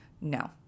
No